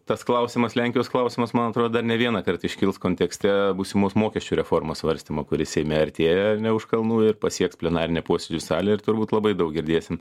tas klausimas lenkijos klausimas man atrodo dar ne vienąkart iškils kontekste būsimos mokesčių reformos svarstymo kuris seime artėja ne už kalnų ir pasieks plenarinę posėdžių salę ir turbūt labai daug girdėsim